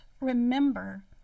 remember